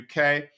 UK